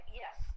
yes